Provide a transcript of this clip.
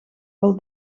wel